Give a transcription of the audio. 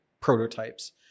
prototypes